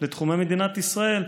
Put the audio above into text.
לתחומי מדינת ישראל,